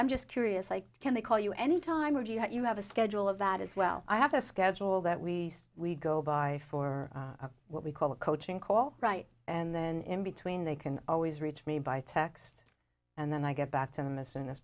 i'm just curious like can they call you any time would you have a schedule of that as well i have a schedule that we we go by for what we call a coaching call right and then in between they can always reach me by text and then i get back to them as soon as